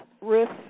risk